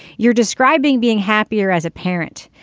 you're describing being happier as a parent.